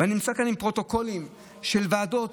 אני נמצא כאן עם פרוטוקולים של ועדות.